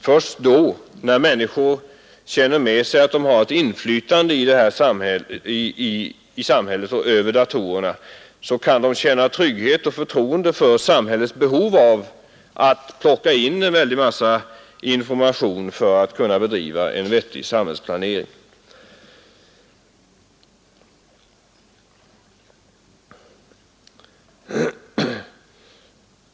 Först då när människor vet med sig att de har ett inflytande i samhället och över datorerna, kan de känna trygghet och hysa förtroende för samhällets behov av att plocka in en massa information för att kunna bedriva en vettig sam hällsplanering.